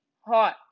hot